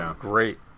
great